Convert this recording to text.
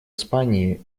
испании